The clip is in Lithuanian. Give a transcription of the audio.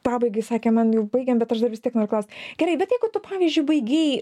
pabaigai sakė man jau baigiam bet aš dar vis tiek noriu klaust gerai bet jeigu tu pavyzdžiui baigei